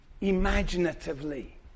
imaginatively